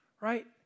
right